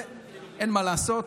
ואין מה לעשות,